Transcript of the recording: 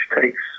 takes